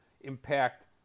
impact